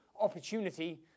opportunity